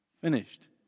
finished